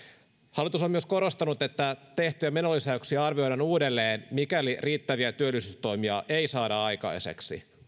hallitus on myös korostanut että tehtyjä menolisäyksiä arvioidaan uudelleen mikäli riittäviä työllisyystoimia ei saada aikaiseksi